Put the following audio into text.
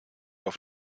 auf